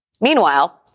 Meanwhile